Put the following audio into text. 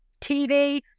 tv